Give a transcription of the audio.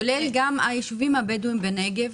כולל היישובים הבדואיים בנגב,